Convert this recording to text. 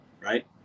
right